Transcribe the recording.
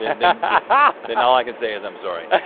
yeah ah then all i can say is i'm sorry.